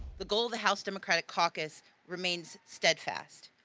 the goal the house democratic caucus remains steadfast.